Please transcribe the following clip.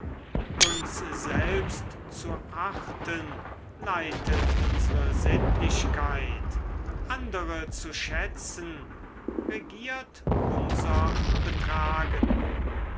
uns selbst zu achten leitet unsre sittlichkeit andere zu schätzen regiert unser betragen